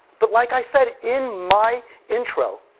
but like i said in my intro,